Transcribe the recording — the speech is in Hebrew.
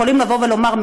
יכולים לבוא ולומר,